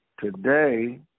Today